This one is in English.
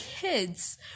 kids